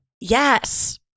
Yes